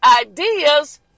ideas